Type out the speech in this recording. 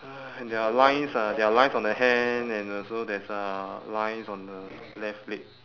uh there are lines ah there are lines on the hand and also there's a lines on the left leg